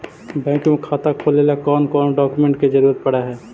Bank में खाता खोले ल कौन कौन डाउकमेंट के जरूरत पड़ है?